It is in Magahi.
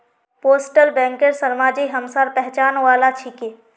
पोस्टल बैंकेर शर्माजी हमसार पहचान वाला छिके